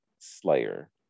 Slayer